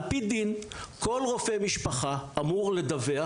על פי דין כל רופא משפחה אמור לדווח